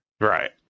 Right